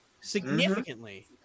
Significantly